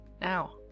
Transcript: now